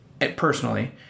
personally